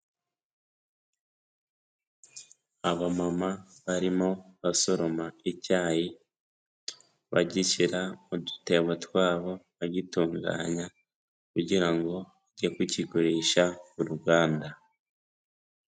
Abamama barimo basoroma icyayi, bagishyira mu dutebo twabo, bagitunganya kugira ngo bajye kukigurisha mu ruganda.